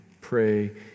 pray